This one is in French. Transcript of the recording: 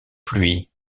pluie